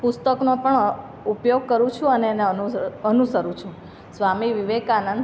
પુસ્તકનો પણ ઉપયોગ કરું છું અને એને અનુસરું છું સ્વામી વિવેકાનંદ